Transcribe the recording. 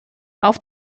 auf